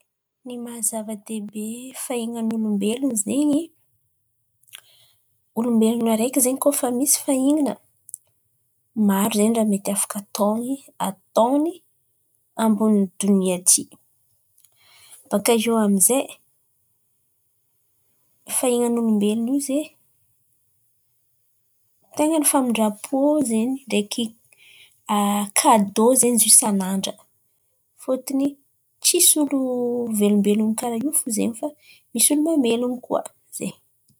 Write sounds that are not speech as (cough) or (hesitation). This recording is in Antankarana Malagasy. Ny maha zava-dehibe fahin̈an'olombelon̈o zen̈y, olombelon̈o araiky zen̈y kôa efa misy fahin̈ana maro zen̈y ràha mety afaka ataony ataony ambonin'ny donia ity. Bôkà eo amin'zay fahin̈an'olombelon̈o io zen̈y ten̈a ny famindrampo zen̈y ndraiky (hesitation) kadô zen̈y isan'andra fôtony tsisy olo velombelon̈o kàra io zen̈y fa misy mamelon̈o, zay.